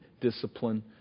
discipline